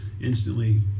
Instantly